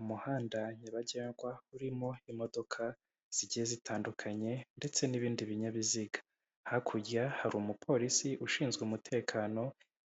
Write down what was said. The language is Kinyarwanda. Umuhanda nyabagendwa urimo imodoka zigiye zitandukanye ndetse n'ibindi binyabiziga, hakurya hari umupolisi ushinzwe umutekano